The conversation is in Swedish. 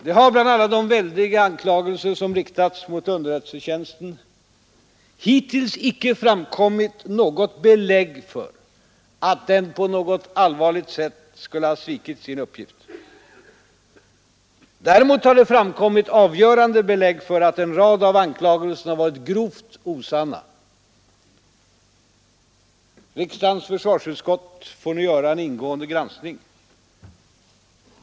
Det har bland alla de väldiga anklagelser som riktats mot underrättelsetjänsten hittills icke framkommit något belägg för att den på något allvarligt sätt skulle ha svikit sin uppgift. Däremot har det framkommit avgörande belägg för att en rad av anklagelserna varit grovt osanna. Riksdagens försvarsutskott får nu göra en ingående granskning.